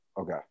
Okay